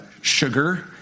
sugar